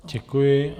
Děkuji.